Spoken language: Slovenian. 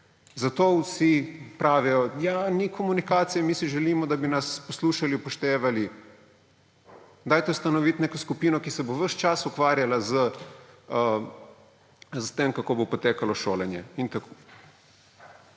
zato vsi pravijo, ja, ni komunikacije, mi si želimo, da bi nas poslušali, upoštevali, ustanovite neko skupino, ki se bo ves čas ukvarjala s tem, kako bo potekalo šolanje in te